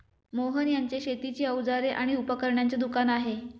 मोहन यांचे शेतीची अवजारे आणि उपकरणांचे दुकान आहे